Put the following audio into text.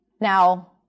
Now